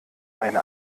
eine